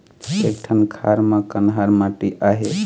एक ठन खार म कन्हार माटी आहे?